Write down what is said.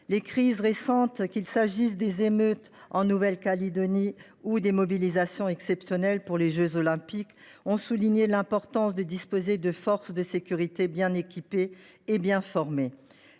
événements récents, qu’il s’agisse des émeutes en Nouvelle Calédonie ou des mobilisations exceptionnelles pour les Jeux, ont souligné l’importance de disposer de forces de sécurité bien équipées et bien formées.